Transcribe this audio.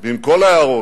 ועם כל ההערות,